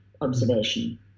observation